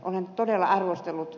olen todella arvostellut ed